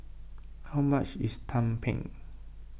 how much is Tumpeng